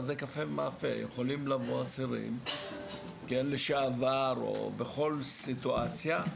יכולים לבוא אסירים לשעבר או בכל סיטואציה.